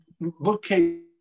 bookcase